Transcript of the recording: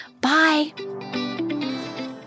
Bye